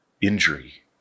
Injury